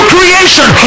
Creation